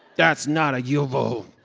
that's not a yovo.